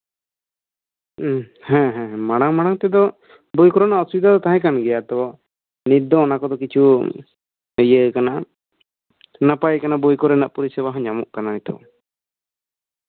ᱦᱮᱸ ᱦᱮᱸ ᱢᱟᱲᱟᱝ ᱢᱟᱲᱟᱝ ᱛᱮᱫᱚ ᱵᱳᱭ ᱠᱚᱨᱮᱱᱟᱜ ᱚᱥᱩᱵᱤᱫᱷᱟ ᱛᱟᱦᱮᱸ ᱠᱟᱱ ᱜᱮᱭᱟ ᱛᱚ ᱱᱤᱛ ᱫᱚ ᱚᱱᱟ ᱠᱚᱫᱚ ᱠᱤᱪᱷᱩ ᱤᱭᱟᱹ ᱱᱟᱯᱟᱭ ᱠᱟᱱᱟ ᱵᱳᱭ ᱠᱚᱨᱮᱱᱟᱜ ᱯᱚᱨᱤᱥᱮᱵᱟ ᱦᱚᱸ ᱧᱟᱢᱚᱜ ᱠᱟᱱᱟ ᱟᱨᱠᱤ